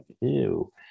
ew